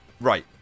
Right